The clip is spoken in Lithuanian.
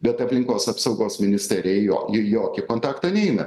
bet aplinkos apsaugos ministerija į jo į jokį kontaktą neina